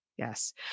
Yes